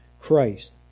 Christ